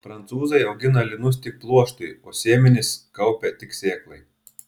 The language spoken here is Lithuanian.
prancūzai augina linus tik pluoštui o sėmenis kaupia tik sėklai